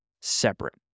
separate